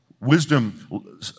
wisdom